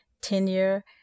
tenure